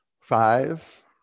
Five